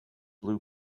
blue